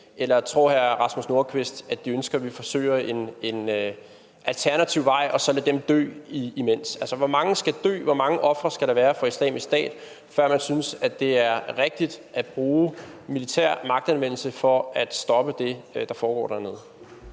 Nordqvist, at de ønsker, at vi forsøger en alternativ vej og så lader dem dø imens? Altså, hvor mange skal dø? Hvor mange ofre skal der være for Islamisk Stat, før man synes, at det er rigtigt at bruge militær magtanvendelse for at stoppe det, der foregår dernede?